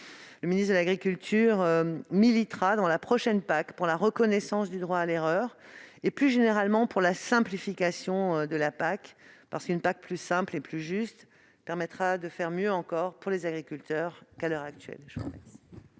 Le ministre de l'agriculture militera dans la prochaine PAC pour la reconnaissance du droit à l'erreur et, plus généralement, pour la simplification de la PAC, parce qu'une PAC plus simple et plus juste permettra de faire mieux encore pour les agriculteurs qu'à l'heure actuelle.